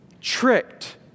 tricked